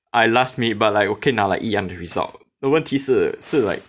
I last minute but like 我可以拿 like 一样的 result but 问题是是 like